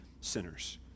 sinners